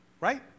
right